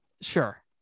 sure